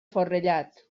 forrellat